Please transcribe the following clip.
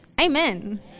amen